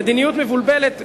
"מדיניות מבולבלת",